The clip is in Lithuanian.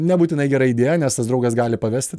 nebūtinai gera idėja nes tas draugas gali pavesti